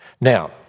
Now